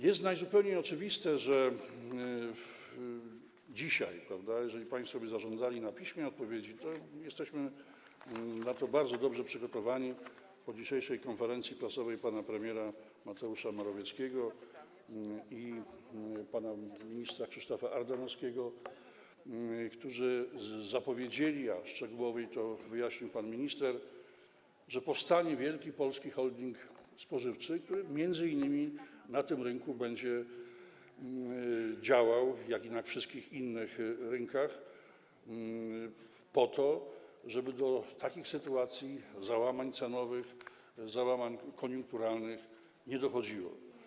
Jest najzupełniej oczywiste, że jeżeli dzisiaj państwo zażądaliby na piśmie odpowiedzi, to jesteśmy na to bardzo dobrze przygotowani, po dzisiejszej konferencji prasowej pana premiera Mateusza Morawieckiego i pana ministra Krzysztofa Ardanowskiego, którzy zapowiedzieli - a szczegółowiej wyjaśnił to pan minister - że powstanie wielki polski holding spożywczy, który będzie działał m.in. na tym rynku, jak i na wszystkich innych rynkach, po to żeby do takich sytuacji, załamań cenowych, załamań koniunkturalnych, nie dochodziło.